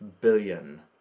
billion